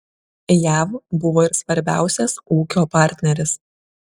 jav buvo ir svarbiausias ūkio partneris